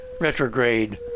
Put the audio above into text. retrograde